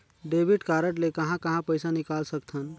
Debit card ले कहां कहां पइसा निकाल सकथन?